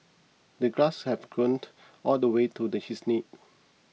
the grass had grown all the way to the his knees